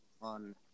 on